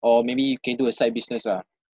or maybe you can do a side business ah